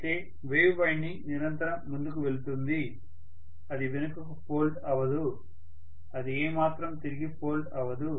అయితే wave winding నిరంతరం ముందుకు వెళుతుంది అది వెనుకకు ఫోల్డ్ అవదు అది ఏమాత్రం తిరిగి ఫోల్డ్ అవదు